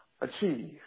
Achieve